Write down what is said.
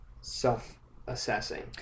self-assessing